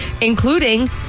including